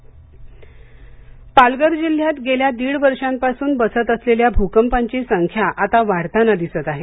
पालघर भूकंप पालघर जिल्ह्यात गेल्या दीड वर्षांपासून बसत असलेल्या भ्कंपांची संख्या आता वाढताना दिसते आहे